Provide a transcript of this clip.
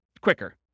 quicker